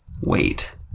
Wait